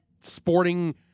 sporting